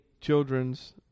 children's